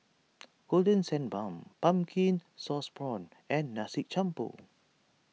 Golden Sand Bun Pumpkin Sauce Prawns and Nasi Campur